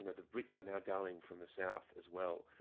and the brits are now going from the south as well.